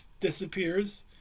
disappears